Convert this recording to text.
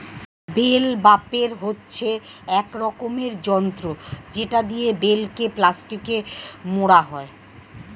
bell বাপের হচ্ছে এক রকমের যন্ত্র যেটা দিয়ে বেলকে প্লাস্টিকে মোড়া হয়